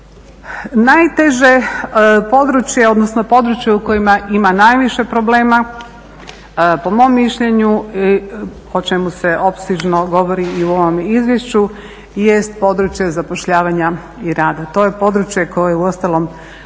odnosno područje u kojima ima najviše problema po mom mišljenju, o čemu se opsežno govori u ovom izvješću jest područje zapošljavanja i rad. To je područje koje uostalom najvažnije